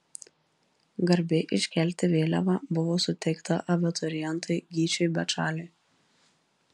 garbė iškelti vėliavą buvo suteikta abiturientui gyčiui bečaliui